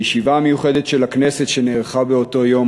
בישיבה מיוחדת של הכנסת שנערכה באותו יום,